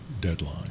deadline